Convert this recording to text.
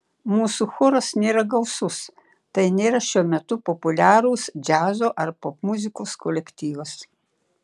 mūsų choras nėra gausus tai nėra šiuo metu populiarūs džiazo ar popmuzikos kolektyvas